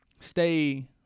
stay